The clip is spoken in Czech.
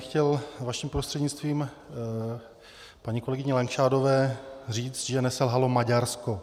Chtěl bych vaším prostřednictvím paní kolegyni Langšádlové říci, že neselhalo Maďarsko.